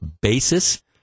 basis